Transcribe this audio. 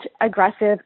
aggressive